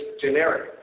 generic